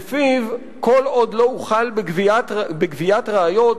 שלפיו כל עוד לא הוחל בגביית ראיות,